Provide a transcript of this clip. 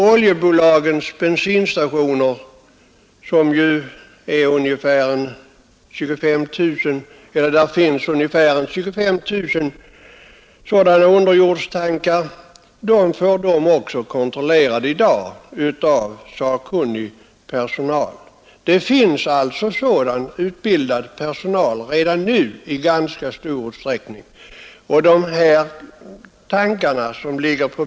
Oljebolagens bensinstationer, som har ungefär 25 000 underjordstankar, får dem kontrollerade av sakkunnig personal. Det finns alltså redan nu sådan utbildad personal i ganska stor utsträckning.